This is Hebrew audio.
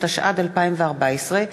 התשע"ד 2014,